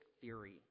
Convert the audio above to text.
theory